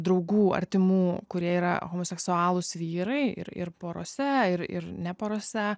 draugų artimų kurie yra homoseksualūs vyrai ir ir porose ir ir ne porose